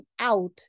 out